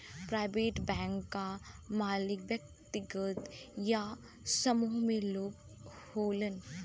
private bank क मालिक व्यक्तिगत या समूह में लोग होलन